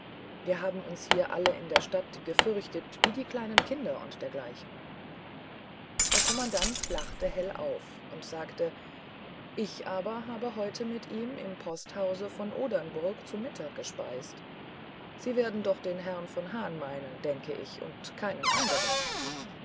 wir haben uns hier alle in der stadt gefürchtet wie die kleinen kinder und dergleichen der kommandant lachte hell auf und sagte ich aber habe mit ihm heut im posthause von odernberg zu mittag gespeist sie werden doch den herrn von hahn meinen denk ich und keinen anderen